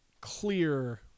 clear